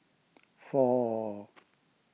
four